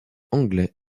anglais